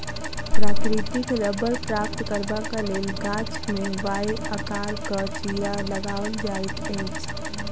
प्राकृतिक रबड़ प्राप्त करबाक लेल गाछ मे वाए आकारक चिड़ा लगाओल जाइत अछि